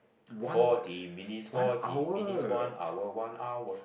forty minutes forty minutes one hour one hour